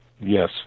yes